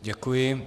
Děkuji.